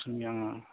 औ